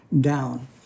down